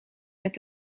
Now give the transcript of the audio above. met